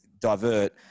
divert